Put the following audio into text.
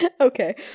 Okay